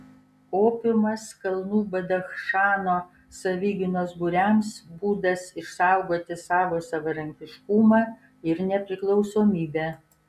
opiumas kalnų badachšano savigynos būriams būdas išsaugoti savo savarankiškumą ir nepriklausomybę